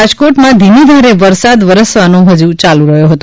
રાજકોટ ધીમી ધારે વરસાદ વરસવાનો ચાલુ રહ્યો હતો